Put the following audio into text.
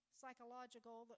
psychological